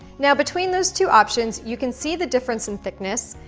now between those two options, you can see the difference in thickness,